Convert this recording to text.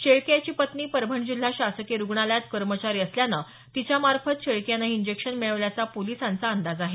शेळके याची पत्नी परभणी जिल्हा शासकीय रुग्णालयात कर्मचारी असल्यानं तिच्यामार्फत शेळके यानं हे इंजेक्शन मिळवल्याचा पोलिसांचा अंदाज आहे